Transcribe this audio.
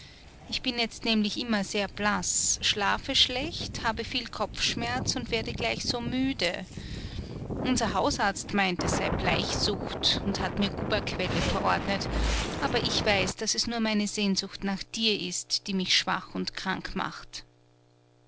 ich bin jetzt nämlich immer sehr blaß schlafe schlecht habe viel kopfschmerz und werde gleich so müde unser hausarzt meint es sei bleichsucht und hat mir guberquelle verordnet aber ich weiß daß es nur meine sehnsucht nach dir ist die mich schwach und krank macht